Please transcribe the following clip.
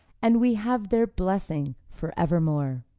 and we have their blessing forevermore.